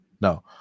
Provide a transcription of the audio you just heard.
No